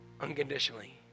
unconditionally